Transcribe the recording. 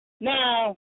Now